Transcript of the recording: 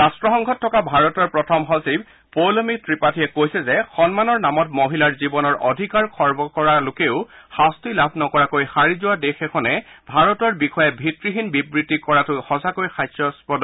ৰট্টসংঘত থকা ভাৰতৰ প্ৰথম সচিব পৌলমী ত্ৰিপাঠীয়ে কৈছে যে সন্মানৰ নামত মহিলাৰ জীৱনৰ অধিকাৰ খৰ্গ কৰা লোকেও শাস্তি লাভ নকৰাকৈ সাৰি যোৱা দেশ এখনে ভাৰতৰ বিষয়ে ভিত্তিহীন বিবৃতি কৰাটো সঁচাকৈ হাস্যস্পত